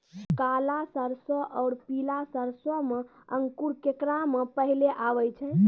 काला सरसो और पीला सरसो मे अंकुर केकरा मे पहले आबै छै?